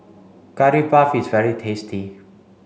curry puff is very tasty